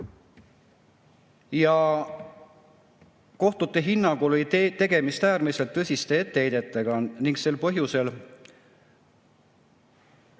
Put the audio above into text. Kohtute hinnangul oli tegemist äärmiselt tõsiste etteheidetega ning sel põhjusel